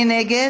מי נגד?